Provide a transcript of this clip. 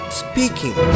speaking